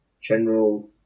General